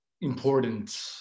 important